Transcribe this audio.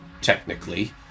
technically